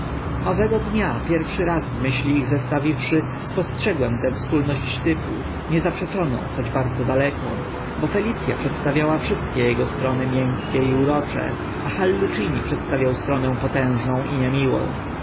owego dnia pierwszy raz w myśli ich zestawiwszy spostrzegłem tę wspólność typu niezaprzeczoną choć bardzo daleką bo felic a przedstawiała wszystkie ego strony miękkie i urocze a hallucini przedstawiał stronę potężną i niemiłą